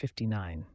59